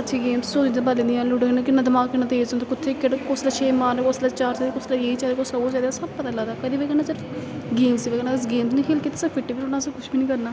अच्छी गेम्स सौ चौजां पता लगदियां लूडो कन्नै किन्ना दमाग किन्ना तेज होंदा कुत्थै केह्ड़े छे मारने कुसलै चार चाहिदे कुसलै एह् चाहिदा सब पता लगदा कोह्दी बजह कन्नै बस गेम्स दी बजह कन्नै अस गेम्स नि खेलगे असें फिट बी रौह्ना अस कुछ बी करना